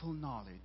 knowledge